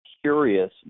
curious